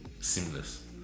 seamless